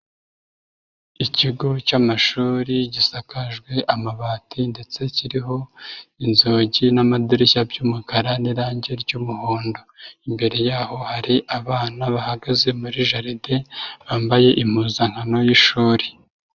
Ikigo cy'amashuri gisakajwe amabati ndetse kiriho inzugi n'amadirishya by'umukara n'irangi ry'umuhondo, imbere yaho hari abana bahagaze muri jaride bambaye impuzankano y'ishuri.